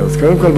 אז קודם כול,